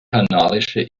kanarische